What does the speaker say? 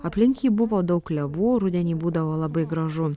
aplink jį buvo daug klevų rudenį būdavo labai gražu